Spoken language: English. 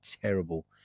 terrible